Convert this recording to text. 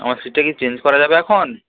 আমার সিটটা কি চেঞ্জ করা যাবে এখন